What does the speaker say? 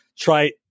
Try